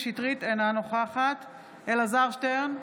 שטרית, אינה נוכחת אלעזר שטרן,